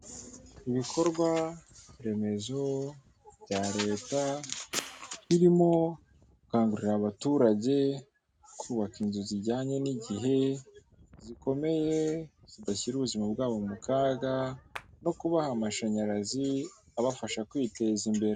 Ibikorwaremezo bya leta birimo gukangurira abaturage kubaka inzu zijyanye n'igihe, zikomeye zidashyira ubuzima bwabo mu kaga no kubaha amashanyarazi abafasha kwiteza imbere.